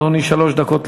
שלוש דקות לרשותך.